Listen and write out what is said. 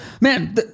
Man